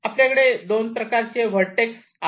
आपल्याकडे दोन प्रकारचे व्हर्टेक्स आहेत